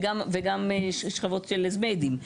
וגם שכבות של אזמדים.